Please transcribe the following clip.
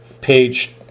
page